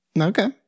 Okay